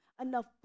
enough